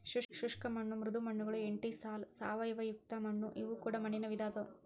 ಶುಷ್ಕ ಮಣ್ಣು ಮೃದು ಮಣ್ಣುಗಳು ಎಂಟಿಸಾಲ್ ಸಾವಯವಯುಕ್ತ ಮಣ್ಣು ಇವು ಕೂಡ ಮಣ್ಣಿನ ವಿಧ ಅದಾವು